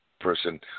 person